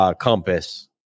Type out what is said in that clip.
compass